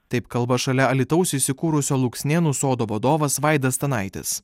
taip kalba šalia alytaus įsikūrusio luksnėnų sodo vadovas vaidas stanaitis